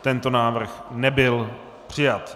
Tento návrh nebyl přijat.